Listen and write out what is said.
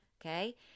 okay